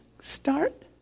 start